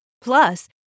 Plus